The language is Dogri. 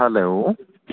हैलो